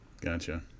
Gotcha